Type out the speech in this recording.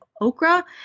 okra